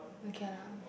okay lah